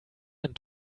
and